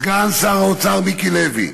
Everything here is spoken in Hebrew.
סגן שר האוצר מיקי לוי.